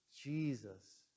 Jesus